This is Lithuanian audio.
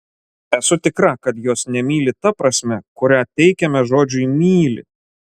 esu tikra kad jos nemyli ta prasme kurią teikiame žodžiui myli